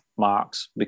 marks